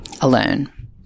alone